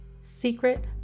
Secret